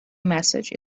message